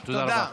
תודה.